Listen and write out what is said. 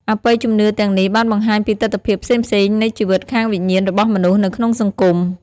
អបិយជំនឿទាំងនេះបានបង្ហាញពីទិដ្ឋភាពផ្សេងៗនៃជីវិតខាងវិញ្ញាណរបស់មនុស្សនៅក្នុងសង្គម។